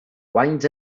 wind